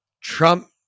Trump